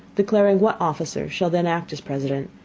declaring what officer shall then act as president,